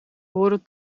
behoren